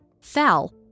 fell